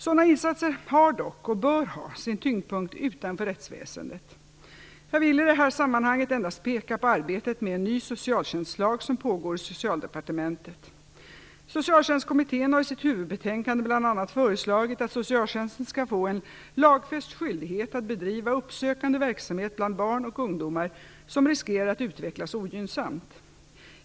Sådana insatser har dock - och bör ha - sin tyngdpunkt utanför rättsväsendet. Jag vill i detta sammanhang endast peka på arbetet med en ny socialtjänstlag som pågår i Socialdepartementet. Socialtjänstkommittén har i sitt huvudbetänkande bl.a. föreslagit att socialtjänsten skall få en lagsfäst skyldighet att bedriva uppsökande verksamhet bland barn och ungdomar som riskerar att utvecklas ogynnsamt.